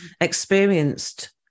experienced